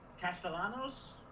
Castellanos